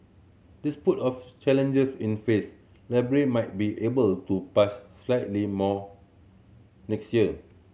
of challenges in face Libya might be able to slightly more next year